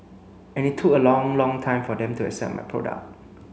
and it look a long long time for them to accept my product